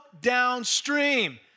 downstream